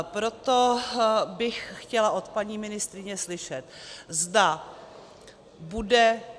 Proto bych chtěla od paní ministryně slyšet, zda bude...